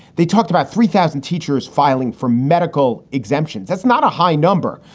they talked about three thousand teachers filing for medical exemptions. that's not a high number.